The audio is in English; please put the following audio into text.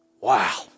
Wow